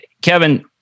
Kevin –